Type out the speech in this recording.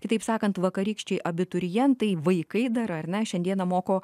kitaip sakant vakarykščiai abiturientai vaikai dar ar ne šiandieną moko